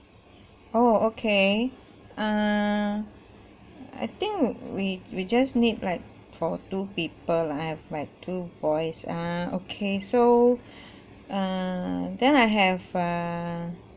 oh okay err I think we we just need like for two people lah I have my two boys err okay so err then I have err